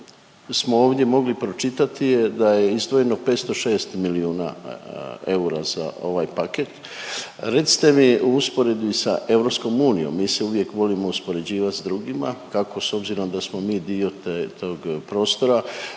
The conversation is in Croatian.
smo ovdje mogli pročitati je da je izdvojeno 506 milijuna eura za ovaj paket. Recite mi u usporedbi sa EU, mi se uvijek volimo uspoređivati s drugima, kako s obzirom da smo mi dio te, tog prostora,